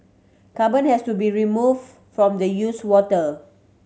carbon has to be remove from the use water